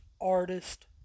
artist